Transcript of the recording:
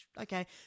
okay